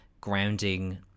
grounding